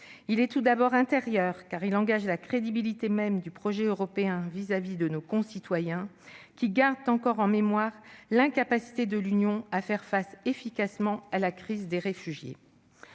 Il est tout d'abord intérieur, car il engage la crédibilité même du projet européen vis-à-vis de nos concitoyens, qui gardent encore en mémoire l'incapacité de l'Union à faire face efficacement à la crise des réfugiés.